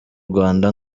rwanda